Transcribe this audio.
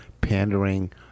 pandering